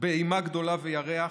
ב"אימה גדולה וירח",